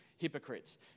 Hypocrites